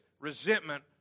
resentment